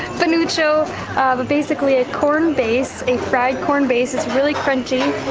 panucho, but basically, a corn base, a fried corn base, it's really crunchy.